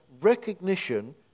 recognition